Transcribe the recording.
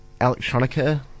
electronica